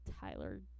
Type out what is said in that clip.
Tyler